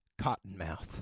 cottonmouth